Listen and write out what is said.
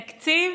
תקציב,